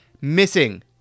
missing